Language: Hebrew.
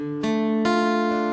נוצר מאין